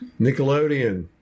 Nickelodeon